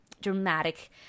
dramatic